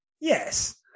yes